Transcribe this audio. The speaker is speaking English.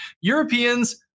Europeans